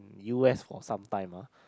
u_s for sometime ah